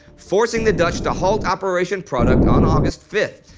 forcing the dutch to halt operation product on august fifth.